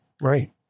right